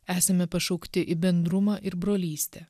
esame pašaukti į bendrumą ir brolystę